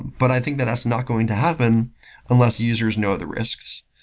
but i think that that's not going to happen unless users know the risks.